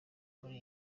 muri